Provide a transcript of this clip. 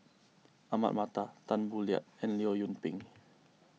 Ahmad Mattar Tan Boo Liat and Leong Yoon Pin